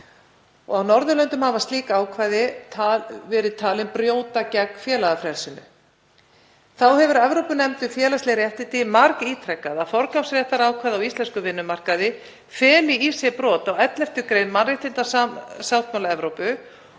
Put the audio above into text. á Norðurlöndum. Þar hafa slík ákvæði verið talin brjóta gegn félagafrelsi. Þá hefur Evrópunefnd um félagsleg réttindi margítrekað að forgangsréttarákvæði á íslenskum vinnumarkaði feli í sér brot á 11. gr. mannréttindasáttmála Evrópu